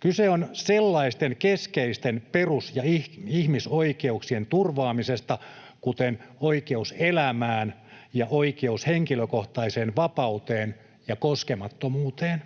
Kyse on sellaisten keskeisten perus- ja ihmisoikeuksien turvaamisesta, kuten oikeus elämään ja oikeus henkilökohtaiseen vapauteen ja koskemattomuuteen.